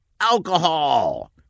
alcohol